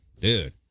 Dude